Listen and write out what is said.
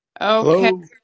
Okay